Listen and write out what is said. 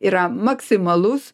yra maksimalus